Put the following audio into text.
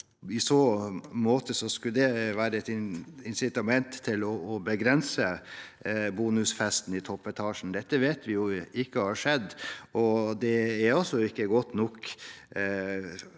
i så måte skulle det være et insitament til å begrense bonusfesten i toppetasjen. Det vet vi jo ikke har skjedd, og det er ikke godt nok